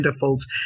folks